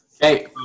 Hey